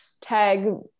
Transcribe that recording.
tag